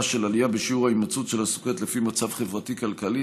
של עלייה בשיעור ההימצאות הסוכרת לפי מצב חברתי-כלכלי: